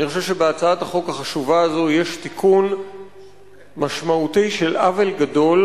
אני חושב שבהצעת החוק החשובה הזו יש תיקון משמעותי של עוול גדול,